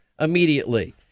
immediately